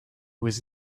was